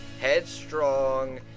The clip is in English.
headstrong